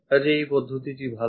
কাজেই এই পদ্ধতিটি ভালো